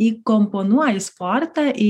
įkomponuoji sportą į